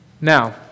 Now